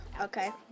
Okay